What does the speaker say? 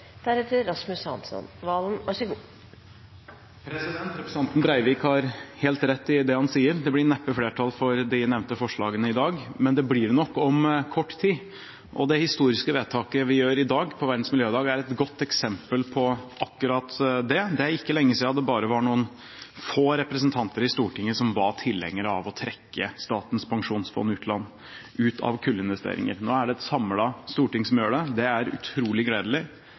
Representanten Breivik har helt rett i det han sier: Det blir neppe flertall for de nevnte forslagene i dag. Men det blir det nok om kort tid. Og det historiske vedtaket vi gjør i dag, på Verdens miljødag, er et godt eksempel på akkurat det. Det er ikke lenge siden det bare var noen få representanter i Stortinget som var tilhengere av å trekke Statens pensjonsfond utland ut av kullinvesteringer. Nå er det et samlet storting som gjør det. Det er utrolig gledelig.